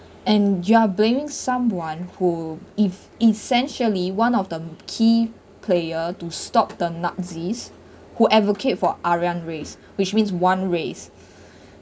and you are blaming someone who if essentially one of the key player to stop the nazis who advocate for aryan race which means one race